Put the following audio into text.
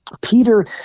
Peter